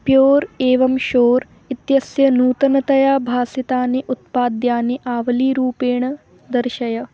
pure एवं shore इत्यस्य नूतनतया भासितानि उत्पाद्यानि आवलीरूपेण दर्शय